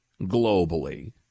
globally